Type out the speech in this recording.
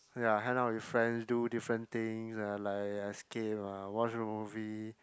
ya hang out with friends do different things ya like escape ah watch movie